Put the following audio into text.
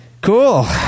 cool